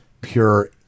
pure